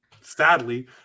sadly